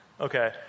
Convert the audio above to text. Okay